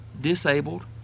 disabled